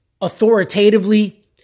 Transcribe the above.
authoritatively